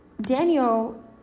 Daniel